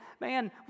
man